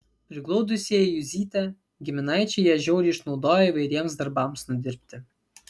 priglaudusieji juzytę giminaičiai ją žiauriai išnaudojo įvairiems darbams nudirbti